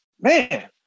man